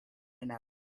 another